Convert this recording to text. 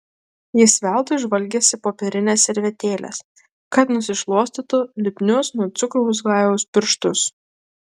jis veltui žvalgėsi popierinės servetėlės kad nusišluostytų lipnius nuo cukraus glajaus pirštus